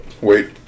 Wait